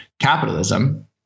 capitalism